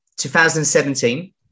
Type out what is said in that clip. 2017